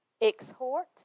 exhort